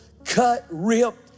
cut-ripped